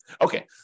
Okay